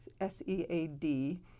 S-E-A-D